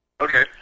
Okay